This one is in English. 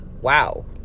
wow